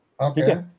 Okay